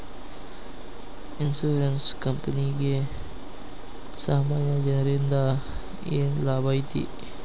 Insurance ಕ್ಂಪನಿಗೆ ಸಾಮಾನ್ಯ ಜನ್ರಿಂದಾ ಏನ್ ಲಾಭೈತಿ?